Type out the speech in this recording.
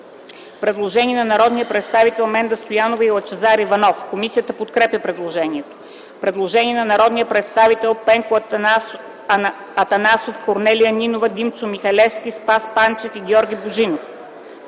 Предложение на народните представители Менда Стоянова и Лъчезар Иванов. Комисията подкрепя предложението. Предложение на народните представители Пенко Атанасов, Корнелия Нинова, Димчо Михалевски, Спас Панчев и Георги Божинов: